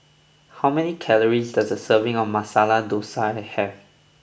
how many calories does a serving of Masala Dosa have